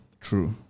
True